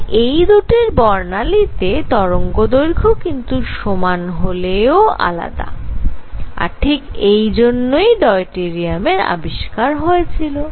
তাই এই দুটির বর্ণালীতে তরঙ্গদৈর্ঘ্য কিন্তু সামান্য হলেও আলাদা আর ঠিক এই জন্যই ডয়টেরিয়ামের আবিষ্কার হয়েছিল